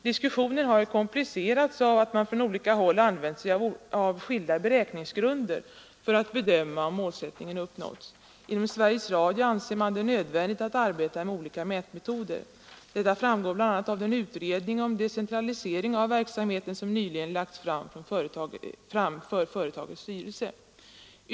Diskussionen har komplicerats av att man från olika håll använt sig av skilda beräkningsgrunder för att bedöma om målsättningen uppnåtts. Inom Sveriges Radio anser man det nödvändigt att arbeta med flera slags mätmetoder. Detta framgår bl.a. av den utredning om decentralisering av verksamheten som nyligen lagts fram för företagets styrelse.